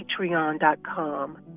patreon.com